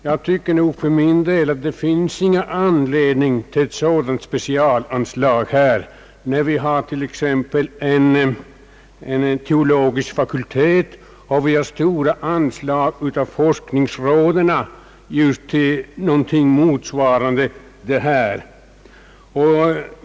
Jag tycker för min del att det inte finns någon anledning till ett sådant specialanslag här, när vi har en teologisk fakultet och vi också har stora anslag genom forskningsråden just till liknande ändamål.